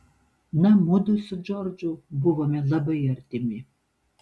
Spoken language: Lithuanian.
na mudu su džordžu buvome labai artimi